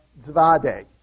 Zvade